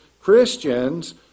Christians